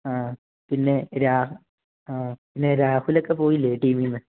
ആ പിന്നെ ആ പിന്നെ രാഹുലൊക്കെ പോയില്ലേ ടീമീന്ന്